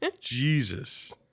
Jesus